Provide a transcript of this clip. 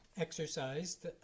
exercised